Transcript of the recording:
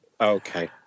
Okay